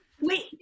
Wait